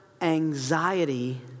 anxiety